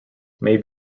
may